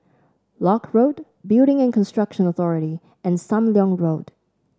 Lock Road Building and Construction Authority and Sam Leong Road